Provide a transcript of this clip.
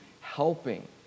helping